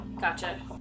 Gotcha